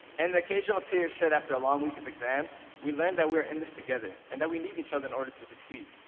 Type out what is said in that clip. and the occasional tears shed after a long week of exams, we learned that we are in this together, and that we need each other in order to succeed.